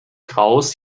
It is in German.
graus